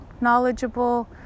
knowledgeable